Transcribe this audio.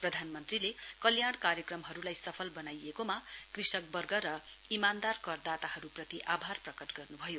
प्रधानमन्त्रीले क्लयाण कार्यक्रमहरुलाई सफल बनाइएकोमा कृषक वर्ग र ईमानदार करदाताहरुप्रति आभार प्रकट गर्नुभयो